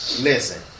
listen